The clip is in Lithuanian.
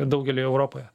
daugeliui europoje